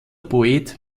poet